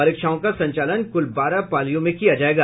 परीक्षाओं का संचालन कुल बारह पालियों में किया जायेगा